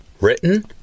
Written